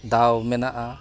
ᱫᱟᱣ ᱢᱮᱱᱟᱜᱼᱟ